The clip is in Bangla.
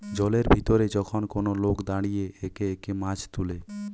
জলের ভিতরে যখন কোন লোক দাঁড়িয়ে একে একে মাছ তুলে